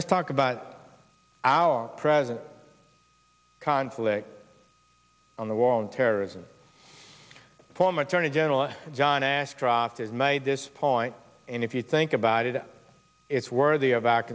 let's talk about our present conflict on the wall and terrorism former attorney general john ashcroft has made this point and if you think about it it's worthy of